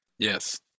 Yes